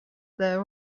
there